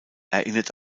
erinnert